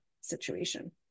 situation